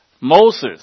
Moses